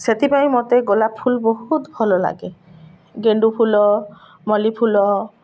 ସେଥିପାଇଁ ମୋତେ ଗୋଲାପ ଫୁଲ ବହୁତ ଭଲ ଲାଗେ ଗେଣ୍ଡୁ ଫୁଲ ମଲ୍ଲି ଫୁଲ